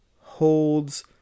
holds